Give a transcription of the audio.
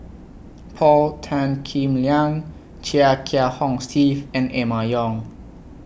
Paul Tan Kim Liang Chia Kiah Hong Steve and Emma Yong